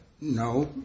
No